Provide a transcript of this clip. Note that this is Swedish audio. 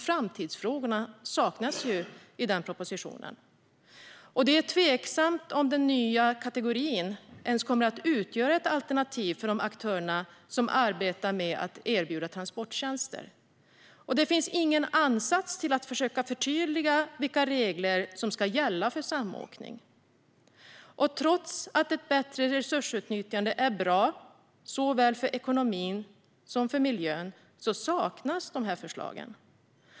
Framtidsfrågorna saknas ju i den propositionen. Det är tveksamt om den nya kategorin ens kommer att utgöra ett alternativ för de aktörer som arbetar med att erbjuda transporttjänster. Det finns ingen ansats till att försöka förtydliga vilka regler som ska gälla för samåkning. Trots att ett bättre resursutnyttjande är bra för såväl ekonomin som miljön saknas de förslagen.